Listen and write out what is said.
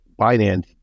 binance